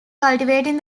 cultivating